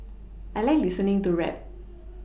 I like listening to rap